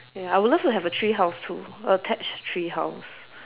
ya I would love to have a tree house too attached tree house